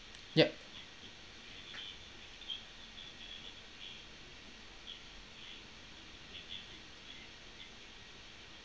ya